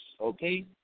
okay